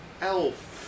Elf